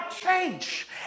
change